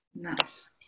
nice